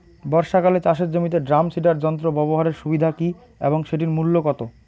বর্ষাকালে চাষের জমিতে ড্রাম সিডার যন্ত্র ব্যবহারের সুবিধা কী এবং সেটির মূল্য কত?